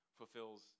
fulfills